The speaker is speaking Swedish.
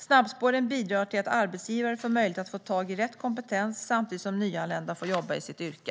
Snabbspåren bidrar till att arbetsgivare får möjlighet att få tag i rätt kompetens samtidigt som nyanlända får jobba i sitt yrke.